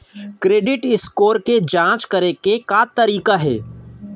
Credit score के जाँच करे के का तरीका हे?